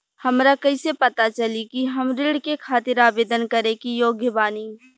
हमरा कइसे पता चली कि हम ऋण के खातिर आवेदन करे के योग्य बानी?